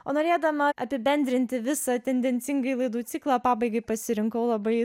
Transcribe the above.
o norėdama apibendrinti visą tendencingai laidų ciklą pabaigai pasirinkau labai